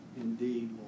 indeed